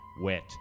wet